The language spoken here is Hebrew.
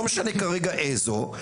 לא משנה כרגע איזו,